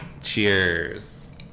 cheers